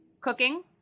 cooking